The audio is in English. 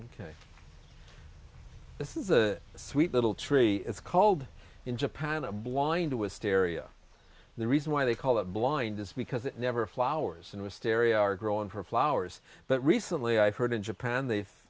ok this is a sweet little tree it's called in japan a blind to hysteria the reason why they call it blind is because it never flowers and hysteria are growing for flowers but recently i've heard in japan they've